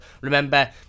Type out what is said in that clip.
remember